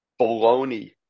baloney